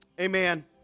Amen